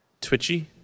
Twitchy